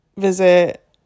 visit